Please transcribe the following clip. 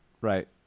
right